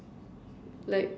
like